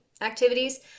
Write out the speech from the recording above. activities